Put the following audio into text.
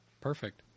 Perfect